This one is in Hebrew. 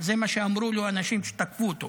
להלן תרגומם: ) זה מה שאמרו לו האנשים שתקפו אותו.